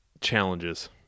challenges